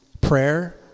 prayer